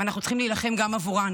ואנחנו צריכים להילחם גם עבורן,